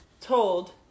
told